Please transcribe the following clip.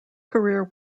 career